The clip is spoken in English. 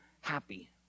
happy